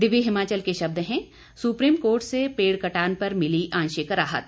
दिव्य हिमाचल के शब्द हैं सुप्रीम कोर्ट से पेड़ कटान पर मिली आंशिक राहत